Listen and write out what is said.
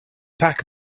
pack